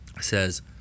says